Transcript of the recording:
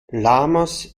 lamas